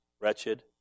wretched